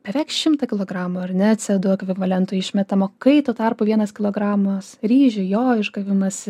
beveik šimtą kilogramų ar ne c o du ekvivalentu išmetama kai tuo tarpu vienas kilogramas ryžių jo išgavimas